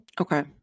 okay